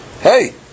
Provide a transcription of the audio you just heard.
hey